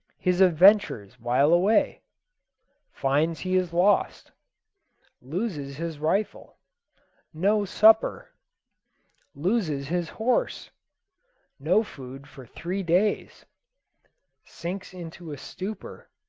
his adventures while away finds he is lost loses his rifle no supper loses his horse no food for three days sinks into a stupor